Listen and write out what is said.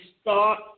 start